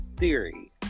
theory